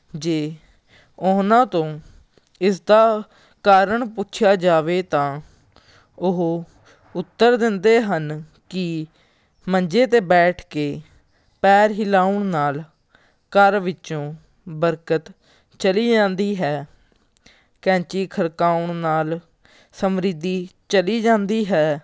ਜੇ ਉਹਨਾਂ ਤੋਂ ਇਸ ਦਾ ਕਾਰਨ ਪੁੱਛਿਆ ਜਾਵੇ ਤਾਂ ਉਹ ਉੱਤਰ ਦਿੰਦੇ ਹਨ ਕਿ ਮੰਜੇ 'ਤੇ ਬੈਠ ਕੇ ਪੈਰ ਹਿਲਾਉਣ ਨਾਲ ਘਰ ਵਿੱਚੋਂ ਬਰਕਤ ਚਲੀ ਜਾਂਦੀ ਹੈ ਕੈਂਚੀ ਖੜਕਾਉਣ ਨਾਲ ਸਮਰੀਧੀ ਚਲੀ ਜਾਂਦੀ ਹੈ